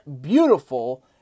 beautiful